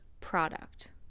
product